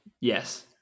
Yes